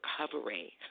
recovery